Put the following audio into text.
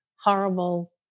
Horrible